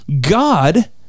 God